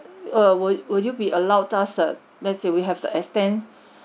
uh will will you be allowed us err let's say we have to extend